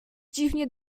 dziwnie